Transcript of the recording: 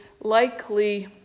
likely